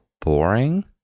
boring